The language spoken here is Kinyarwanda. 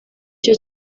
cyo